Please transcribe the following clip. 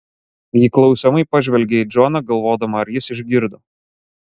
ji klausiamai pažvelgia į džoną galvodama ar jis išgirdo